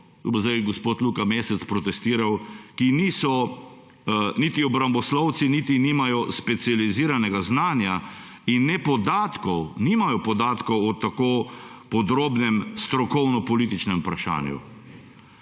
tu bo zdaj gospod Luka Mesec protestiral – ki niso niti obramboslovci, niti nimajo specializiranega znanja in ne podatkov. Nimajo podatkov o tako podrobnem strokovno političnem vprašanju.